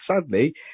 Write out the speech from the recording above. sadly